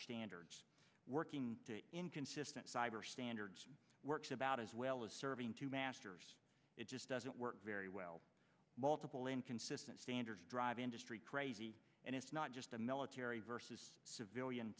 standards working in consistent cyber standards works about as well as serving two masters it just doesn't work very well multiple inconsistent standards drive industry crazy and it's not just a military versus civilian